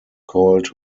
called